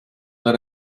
that